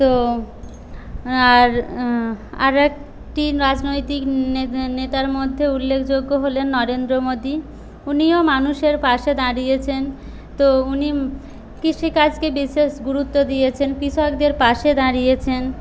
তো আর আর একটি রাজনৈতিক নেতার মধ্যে উল্লেখযোগ্য হলেন নরেন্দ্র মোদী উনিও মানুষের পাশে দাঁড়িয়েছেন তো উনি কৃষিকাজকে বিশেষ গুরুত্ব দিয়েছেন কৃষকদের পাশে দাঁড়িয়েছেন